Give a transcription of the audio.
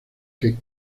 que